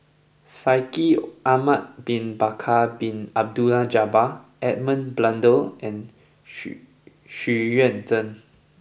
Shaikh Ahmad bin Bakar Bin Abdullah Jabbar Edmund Blundell and Xu Xu Yuan Zhen